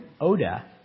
Oda